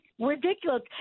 ridiculous